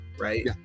right